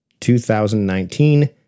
2019